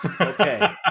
Okay